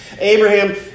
Abraham